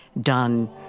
done